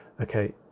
okay